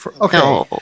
okay